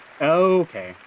Okay